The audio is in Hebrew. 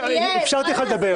אפשרתי לך לדבר,